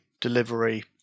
delivery